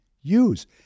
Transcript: use